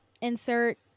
insert